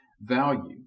value